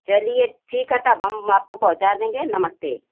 ठीक है चलिए तब हम आपको पहुँचा देंगे नमस्ते